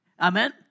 Amen